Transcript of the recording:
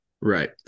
right